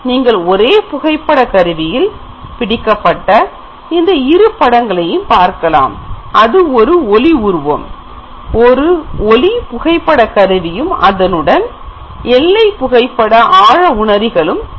நீங்கள் ஒரே புகைப்பட கருவியில் பிடிக்கப்பட்ட இந்த இரு படங்களையும் பார்க்கலாம் அது ஒரு ஒளி உருவம் ஒரு ஒளி புகைப்பட கருவியும் அதனுடன் எல்லை புகைப்பட ஆழ உணரிகள் உம் உள்ளன